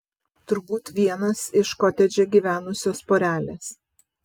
turbūt vienas iš kotedže gyvenusios porelės